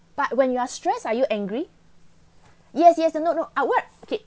but when you are stressed are you angry yes yes no no ah what okay